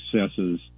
successes